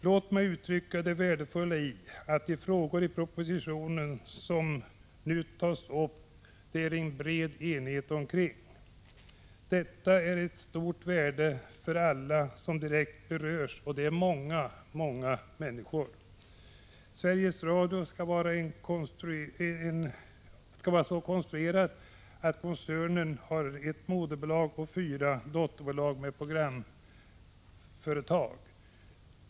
Låt mig uttrycka det värdefulla i att det när det gäller de frågor i propositionen som nu tas upp råder en bred enighet. Detta är av stort värde för alla som direkt berörs, och det är många människor. Sveriges Radio skall vara så konstruerat att koncernen har ett moderbolag och fyra dotterbolag med programföretag.